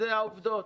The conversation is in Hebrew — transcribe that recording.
אלה העובדות.